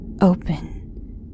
Open